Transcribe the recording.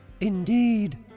Indeed